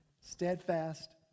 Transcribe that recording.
Steadfast